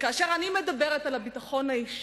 כאשר אני מדברת על הביטחון האישי,